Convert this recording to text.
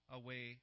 away